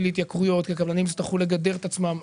להתייקרויות ושקבלנים יצטרכו לגדר את עצמם.